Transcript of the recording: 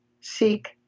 seek